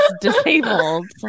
disabled